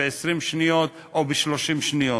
ב-20 שניות או ב-30 שניות.